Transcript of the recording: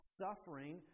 suffering